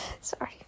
Sorry